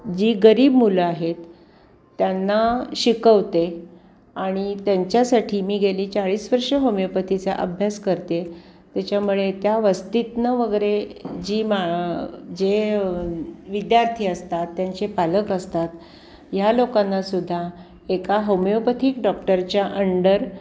जी गरीब मुलं आहेत त्यांना शिकवते आणि त्यांच्यासाठी मी गेली चाळीस वर्षं होमिओपॅथीचा अभ्यास करते आहे त्याच्यामुळे त्या वस्तीतून वगैरे जी मा जे विद्यार्थी असतात त्यांचे पालक असतात ह्या लोकांना सुद्धा एका होमिओपॅथिक डॉक्टरच्या अंडर